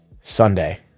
Sunday